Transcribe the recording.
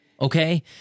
Okay